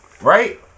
right